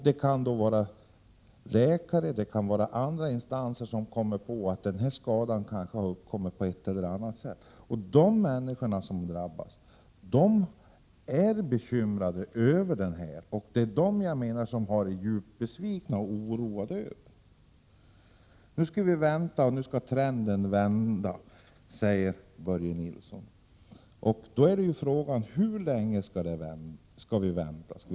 Det kan vara läkare eller olika andra instanser som fått för sig att skadan kan ha uppkommit på ett annat sätt än genom arbetet. De människor som drabbas på detta sätt blir naturligtvis oroade och djupt besvikna. Nu kommer trenden att vända, säger Börje Nilsson. Frågan är bara hur länge vi skall vänta på det.